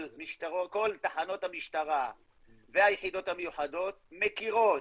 כל תחנות המשטרה והיחידות המיוחדות מכירות